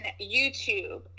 YouTube